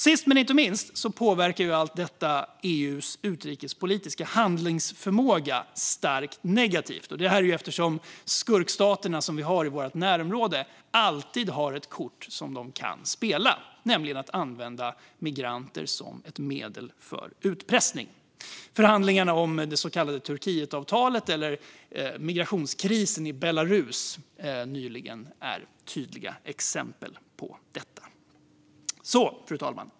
Sist men inte minst påverkar allt detta EU:s utrikespolitiska handlingsförmåga starkt negativt eftersom skurkstaterna som vi har i vårt närområde alltid har ett kort som de kan spela, nämligen att använda migranter som medel för utpressning. Förhandlingarna om det så kallade Turkietavtalet eller migrationskrisen i Belarus nyligen är tydliga exempel på detta. Fru talman!